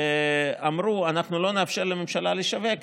ואמרו: אנחנו לא נאפשר לממשלה לשווק,